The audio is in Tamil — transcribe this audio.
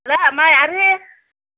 ஹலோ அம்மா யார்